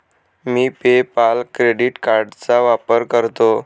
मी PayPal credit कार्डचा वापर करतो